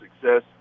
success